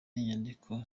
inyandiko